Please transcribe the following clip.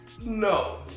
No